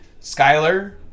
Skyler